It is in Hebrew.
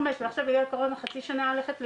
ועכשיו בגלל הקורונה חצי שנה הולכת לאיבוד,